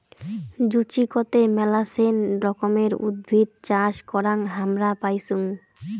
জুচিকতে মেলাছেন রকমের উদ্ভিদ চাষ করাং হামরা পাইচুঙ